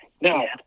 Now